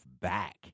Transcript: back